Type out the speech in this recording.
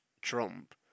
Trump